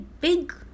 big